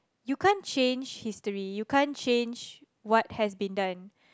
you can't change history you can't change what has been done